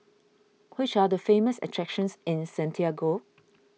which are the famous attractions in Santiago